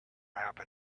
happen